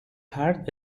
hard